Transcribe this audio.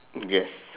yes